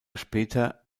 später